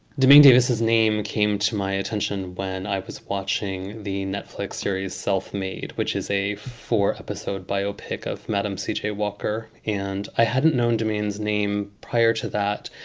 domain? daviss name came to my attention when i was watching the netflix series self-made, which is a four episode biopic of madam c j. walker. and i hadn't known domain's name prior to that,